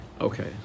Okay